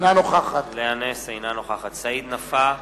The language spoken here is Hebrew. אינה נוכחת סעיד נפאע,